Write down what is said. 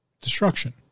destruction